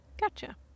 gotcha